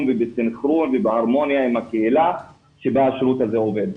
ובסנכרון ובהרמוניה עם הקהילה שבה השירות הזה עובד.